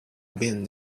been